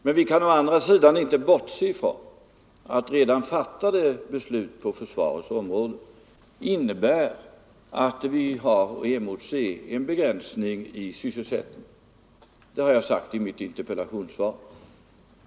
Men vi kan å andra sidan inte bortse ifrån att redan fattade beslut på försvarets område innebär att vi har att emotse en begränsning i sysselsättningen. Det har jag sagt i interpellationssvaret.